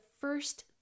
first